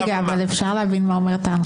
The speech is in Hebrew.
רגע, אבל אפשר להבין מה אומרת ההנחיה?